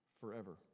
forever